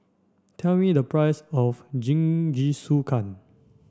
tell me the price of Jingisukan